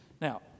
Now